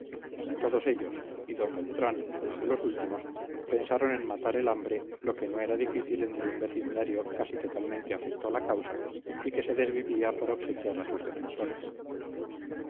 todos ellos y d beltrán no de los últimos pensaron en matar el hambre lo que no era difícil entre un vecindario casi totalmente afecto a la causa y que se desvivía por obsequiar a sus defensores